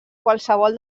qualssevol